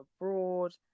abroad